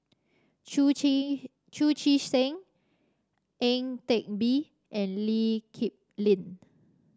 Chu Chee Chu Chee Seng Ang Teck Bee and Lee Kip Lin